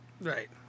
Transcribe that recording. Right